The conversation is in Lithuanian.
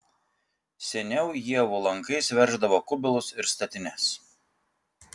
seniau ievų lankais verždavo kubilus ir statines